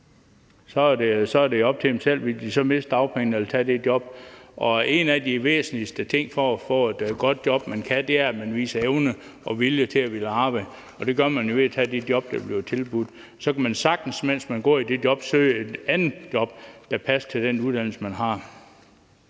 Så er det op til dem selv, om de vil miste dagpengene eller tage det job. Og en af de væsentligste ting, man kan gøre, for at få et godt job, er, at man viser evne og vilje til at arbejde, og det gør man jo ved at tage de job, der bliver tilbudt. Så kan man sagtens, mens man går i det job, søge et andet job, der passer til den uddannelse, man har.